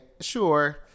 sure